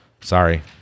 sorry